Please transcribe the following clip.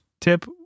tip